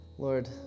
Lord